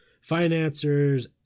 financiers